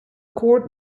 court